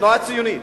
התנועה הציונית,